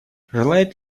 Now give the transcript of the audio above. желает